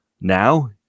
Now